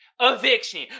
Eviction